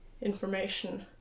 information